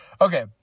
Okay